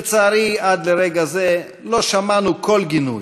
לצערי, עד לרגע זה לא שמענו כל גינוי,